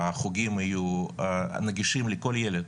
החוגים יהיו נגישים לכל ילד,